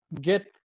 get